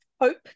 hope